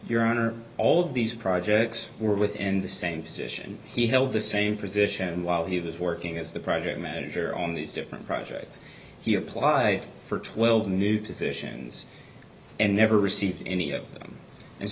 your honor all these projects were within the same position he held the same position and while he was working as the project manager on these different projects he applied for twelve new positions and never received any of them and